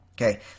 Okay